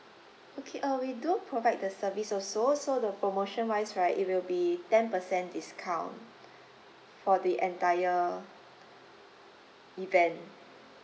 okay uh we do provide the service also so the promotion wise right it will be ten percent discount for the entire event